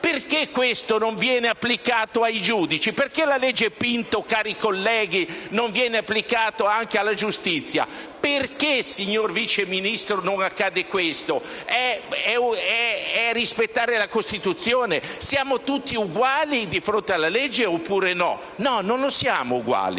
Perché questo non viene applicato ai giudici? Perché la legge Pinto, cari colleghi, non viene applicata anche alla giustizia? Perché, signor Vice Ministro, non accade questo? Significa rispettare la Costituzione? Siamo tutti uguali di fronte alla legge oppure no? No, non siamo uguali,